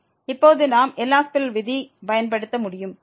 இப்போது நாம் L'Hospital விதியை பயன்படுத்த முடியும்